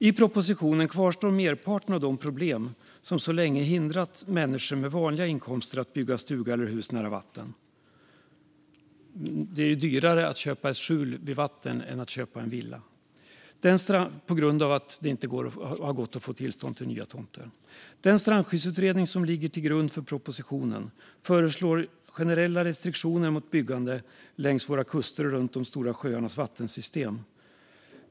I propositionen kvarstår merparten av de problem som så länge hindrat människor med vanliga inkomster att bygga stuga eller hus nära vatten. Det är dyrare att köpa ett skjul vid vatten än att köpa en villa på grund av att det inte har gått att få tillstånd till nya tomter. Den strandskyddsutredning som ligger till grund för propositionen föreslår generella restriktioner mot byggande längs våra kuster och runt de stora sjöarnas vattensystem.